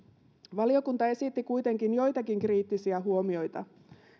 valiokunta esitti kuitenkin joitakin kriittisiä huomioita